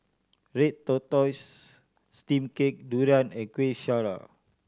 red tortoise steamed cake durian and Kueh Syara